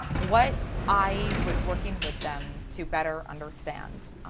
what i was working with them to better understand,